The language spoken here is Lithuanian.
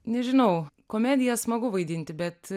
nežinau komediją smagu vaidinti bet